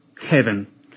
heaven